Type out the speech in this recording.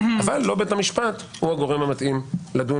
אבל לא בית המשפט הוא הגורם המתאים לדון